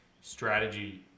strategy